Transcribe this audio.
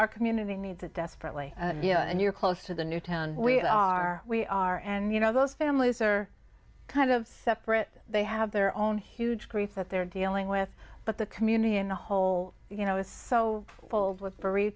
our community needs it desperately and you're close to the newtown we are we are and you know those families are kind of separate they have their own huge grief that they're dealing with but the community in the whole you know is so full of with